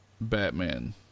batman